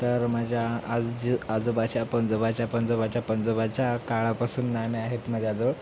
तर माझ्या आज्ज आजोबाच्या पणजोबाच्या पणजोबाच्या णजोबाच्या काळापासून नाणे आहेत माझ्याजवळ